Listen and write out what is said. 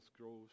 grows